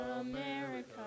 America